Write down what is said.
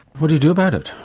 what do you do about it?